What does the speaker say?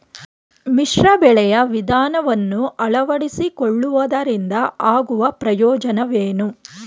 ಮಿಶ್ರ ಬೆಳೆಯ ವಿಧಾನವನ್ನು ಆಳವಡಿಸಿಕೊಳ್ಳುವುದರಿಂದ ಆಗುವ ಉಪಯೋಗವೇನು?